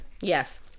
Yes